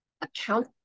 account